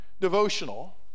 devotional